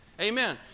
Amen